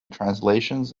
translations